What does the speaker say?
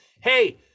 hey